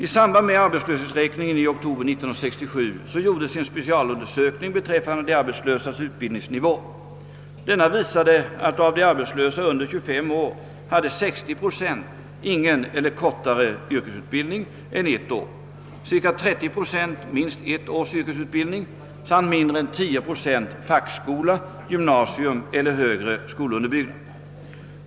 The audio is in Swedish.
I samband med arbetslöshetsräkningen i oktober 1967 gjordes en specialundersökning beträffande de arbetslösas utbildningsnivå. Denna visade att av de arbetslösa under 25 år hade 60 procent ingen eller kortare yrkesutbildning än ett år, cirka 30 procent minst ett års yrkesutbildning samt mindre än 10 procent fackskola, gymnasium eller högre skolunderbyggnad.